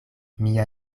mia